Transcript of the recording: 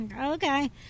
Okay